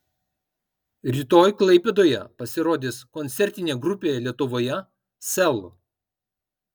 rytoj klaipėdoje pasirodys koncertinė grupė lietuvoje sel